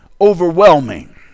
overwhelming